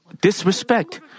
disrespect